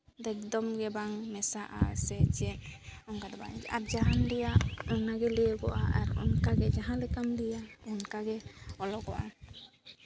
ᱮᱠᱫᱚᱢ ᱜᱮ ᱵᱟᱝ ᱢᱮᱥᱟᱜᱼᱟ ᱥᱮ ᱪᱮᱫ ᱚᱱᱠᱟ ᱫᱚ ᱵᱟᱝ ᱟᱨ ᱡᱟᱦᱟᱸᱢ ᱞᱟᱹᱭᱟ ᱚᱱᱟᱜᱮ ᱞᱟᱹᱭᱟᱹᱜᱚᱜᱼᱟ ᱟᱨ ᱚᱱᱠᱟᱜᱮ ᱡᱟᱦᱟᱸ ᱞᱮᱠᱟᱢ ᱞᱟᱹᱭᱟ ᱚᱱᱠᱟᱜᱮ ᱚᱞᱚᱜᱚᱜᱼᱟ